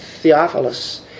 Theophilus